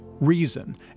Reason